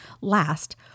Last